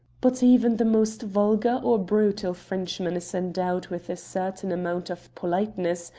but even the most vulgar or brutal frenchman is endowed with a certain amount of politeness,